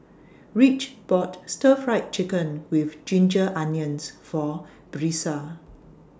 Ridge bought Stir Fried Chicken with Ginger Onions For Brisa